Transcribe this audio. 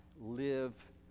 live